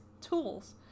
tools